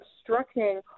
obstructing